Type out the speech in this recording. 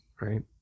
Right